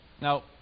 Now